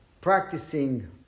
practicing